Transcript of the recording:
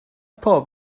pob